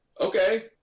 okay